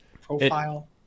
profile